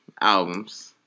albums